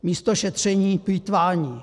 Místo šetření plýtvání.